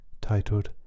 titled